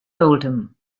oldham